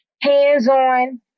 hands-on